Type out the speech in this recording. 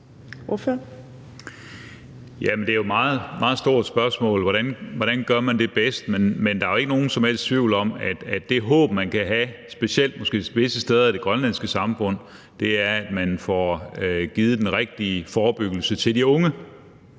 Det er jo et meget stort spørgsmål om, hvordan man gør det bedst, men der er jo ikke nogen som helst tvivl om, at det håb, man kan have, måske specielt med hensyn til visse steder i det grønlandske samfund, er, at man får foretaget den rigtige forebyggelse over for de unge.